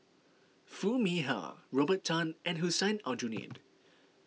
Foo Mee Har Robert Tan and Hussein Aljunied